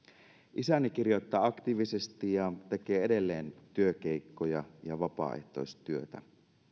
isäni kirjoittaa aktiivisesti ja tekee edelleen työkeikkoja ja vapaaehtoistyötä